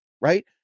right